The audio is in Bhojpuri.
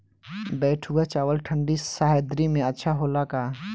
बैठुआ चावल ठंडी सह्याद्री में अच्छा होला का?